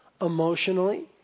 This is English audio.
emotionally